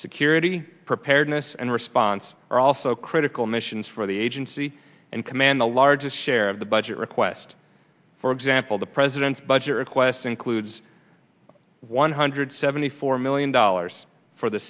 security preparedness and response are also critical missions for the agency and command the largest share of the budget request for example the president's budget request includes one hundred seventy four million dollars for the